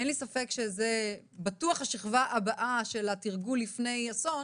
אין לי ספק שזה בטוח השכבה הבאה של תרגול לפני אסון